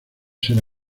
ser